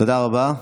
תודה רבה.